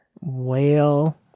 Whale